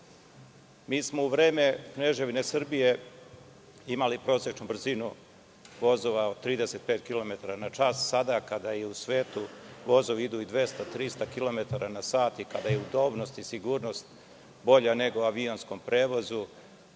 smo u vreme Kneževine Srbije imali prosečnu brzinu vozova od 35 kilometara na čas. Sada kada u svetu vozovi idu 300 kilometara na sat i kada je udobnost i sigurnost bolja nego u avionskom prevozu,